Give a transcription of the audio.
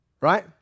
right